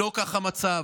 לא כך המצב.